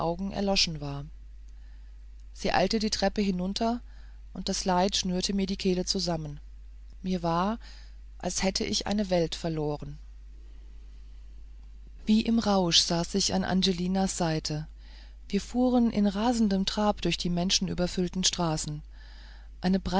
erloschen war sie eilte die treppe hinunter und das leid schnürte mir die kehle zusammen mir war als hätte ich eine welt verloren wie im rausch saß ich an angelinas seite wir fuhren in rasendem trab durch die menschenüberfüllten straßen eine